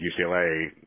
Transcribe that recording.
ucla